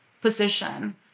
position